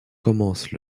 commence